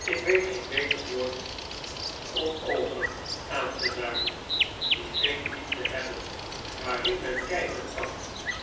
ik weet geen beter woord om oogen aan te duiden die geen diepte hebben waarin men kijken kan